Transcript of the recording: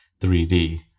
3D